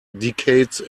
decades